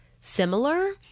similar